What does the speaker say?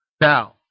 Now